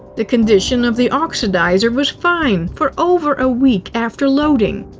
the condition of the oxidizer was fine for over a week after loading.